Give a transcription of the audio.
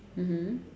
mmhmm